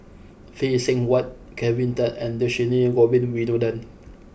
Phay Seng Whatt Kelvin Tan and Dhershini Govin Winodan